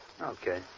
Okay